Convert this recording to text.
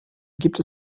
gibt